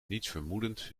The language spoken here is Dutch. nietsvermoedend